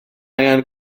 angen